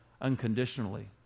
unconditionally